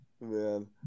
Man